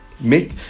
Make